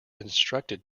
instructed